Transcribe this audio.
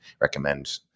recommend